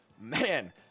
man